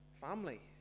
family